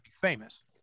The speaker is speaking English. famous